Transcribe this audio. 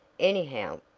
anyhow,